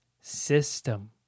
system